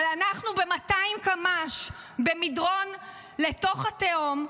אבל אנחנו ב-200 קמ"ש במדרון לתוך התהום,